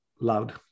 loud